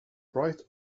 bright